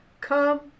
come